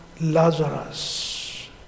Lazarus